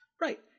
right